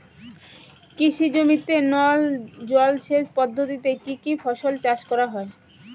কৃষি জমিতে নল জলসেচ পদ্ধতিতে কী কী ফসল চাষ করা য়ায়?